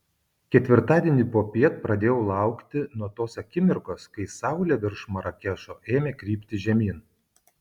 ketvirtadienį popiet pradėjau laukti nuo tos akimirkos kai saulė virš marakešo ėmė krypti žemyn